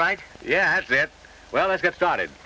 right yeah well let's get started